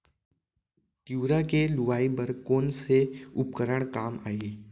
तिंवरा के लुआई बर कोन से उपकरण काम आही?